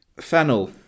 Fennel